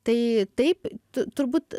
tai taip turbūt